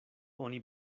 oni